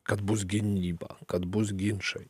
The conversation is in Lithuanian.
kad bus gynyba kad bus ginčai